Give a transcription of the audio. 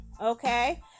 Okay